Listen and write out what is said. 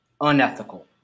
unethical